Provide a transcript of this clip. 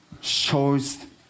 shows